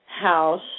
house